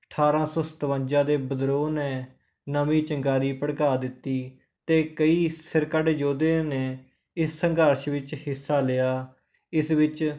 ਅਠਾਰਾਂ ਸੌ ਸਤਵੰਜਾ ਦੇ ਵਿਦਰੋਹ ਨੇ ਨਵੀਂ ਚਿੰਗਾਰੀ ਭੜਕਾ ਦਿੱਤੀ ਅਤੇ ਕਈ ਸਿਰ ਕੱਢ ਜੋਧਿਆਂ ਨੇ ਇਸ ਸੰਘਰਸ਼ ਵਿੱਚ ਹਿੱਸਾ ਲਿਆ ਇਸ ਵਿੱਚ